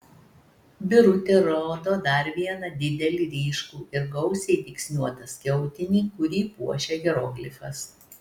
birutė rodo dar vieną didelį ryškų ir gausiai dygsniuotą skiautinį kurį puošia hieroglifas